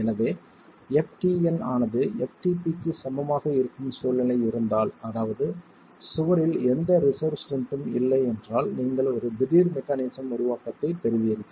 எனவே ftn ஆனது ftp க்கு சமமாக இருக்கும் சூழ்நிலை இருந்தால் அதாவது சுவரில் எந்த ரிசெர்வ் ஸ்ட்ரென்த்தும் இல்லை என்றால் நீங்கள் ஒரு திடீர் மெக்கானிசம் உருவாக்கத்தைப் பெறுவீர்கள்